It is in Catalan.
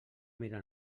mirar